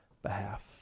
behalf